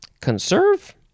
Conserve